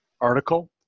article